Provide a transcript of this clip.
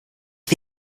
wie